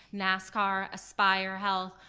nascar, aspire health,